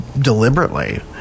deliberately